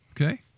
Okay